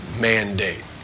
mandate